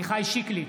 שיקלי,